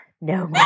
No